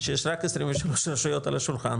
שיש רק 23 רשויות על השולחן,